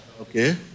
Okay